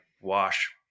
wash